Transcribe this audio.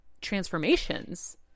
transformations